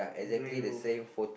grey roof